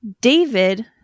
david